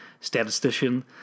statistician